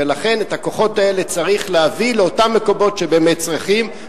ולכן את הכוחות האלה צריך להביא לאותם מקומות שבאמת צריכים.